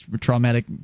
traumatic